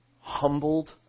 humbled